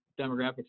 demographics